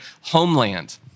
homeland